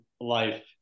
life